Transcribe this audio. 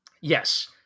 yes